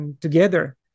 together